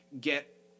get